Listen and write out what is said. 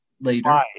later